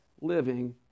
living